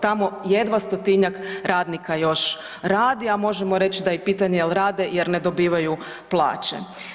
Tamo jedva 100-tinjak radnika još radi, a možemo reći da je i pitanje jel rade jer ne dobivaju plaće.